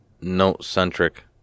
note-centric